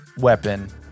weapon